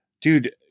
dude